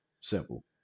Simple